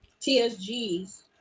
TSGs